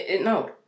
No